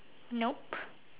nope